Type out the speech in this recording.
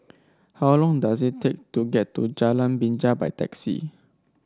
how long does it take to get to Jalan Binja by taxi